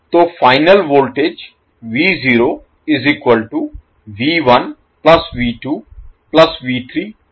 तो final voltage होगा